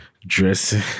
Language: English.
dressing